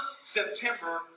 September